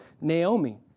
Naomi